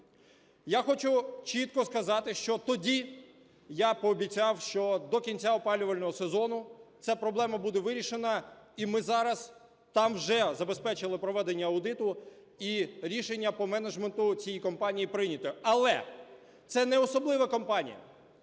Я хочу чітко сказати, що тоді я пообіцяв, що до кінця опалювального сезону ця проблема буде вирішена, і ми зараз там вже забезпечили проведення аудиту і рішення по менеджменту в цій компанії прийнято. Але це не особлива компанія.